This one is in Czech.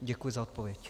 Děkuji za odpověď.